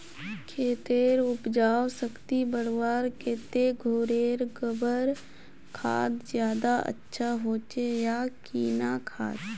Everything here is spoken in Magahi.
खेतेर उपजाऊ शक्ति बढ़वार केते घोरेर गबर खाद ज्यादा अच्छा होचे या किना खाद?